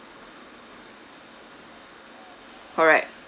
correct